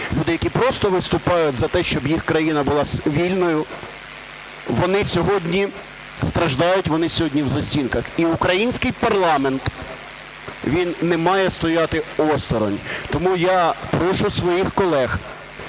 люди, які просто виступають за те, щоб їх країна була вільною, вони сьогодні страждають, вони сьогодні в застінках. І український парламент, він не має стояти осторонь. Тому я прошу своїх колег